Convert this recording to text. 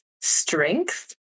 strength